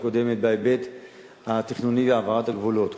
הקודמת בהיבט התכנוני והעברת הגבולות.